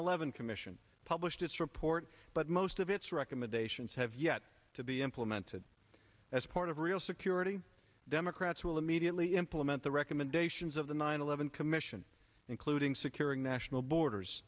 eleven commission published its report but most of its recommendations have yet to be implemented as part of real security democrats will immediately implement the recommendations of the nine eleven commission including securing national borders